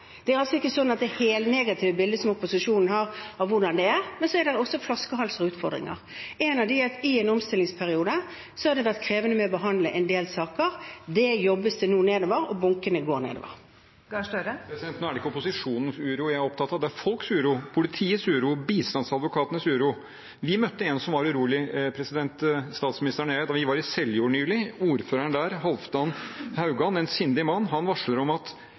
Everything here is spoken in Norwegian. Det er altså ikke slik at det er det helnegative bildet – som opposisjonen har – av hvordan det er. Men så er det også flaskehalser og utfordringer. En av dem er at i en omstillingsperiode har det vært krevende å behandle en del saker. Det jobbes det nå med, og bunkene går nedover. Det er ikke opposisjonens uro jeg er opptatt av, det er folks uro, politiets uro, bistandsadvokatenes uro. Vi møtte en som var urolig – statsministeren og jeg – da vi var i Seljord nylig. Ordføreren der, Halfdan Haugan, en sindig mann, varsler om at